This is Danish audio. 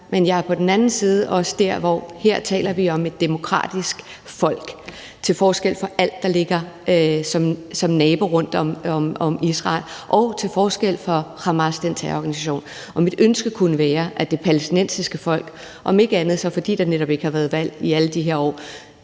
men jeg er på den anden side også der, hvor jeg siger, at her taler vi om et demokratisk folk til forskel fra alt, der ligger som nabolande rundt om Israel, og til forskel fra Hamas, som er en terrororganisation. Mit ønske kunne være, at det palæstinensiske folk, om ikke andet så fordi der netop ikke har været valg i alle de her år,